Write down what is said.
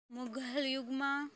મુઘલયુગમાં